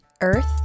earth